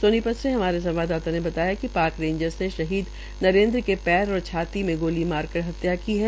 सोनीपत से हमारे संवाददाता ने बताया है कि पाक रैजर्स ने शहीद नरेंद्र के पैर और छाती में गोली मार कर हत्या की है